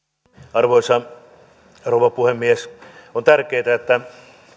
arvoisa rouva puhemies on tärkeää että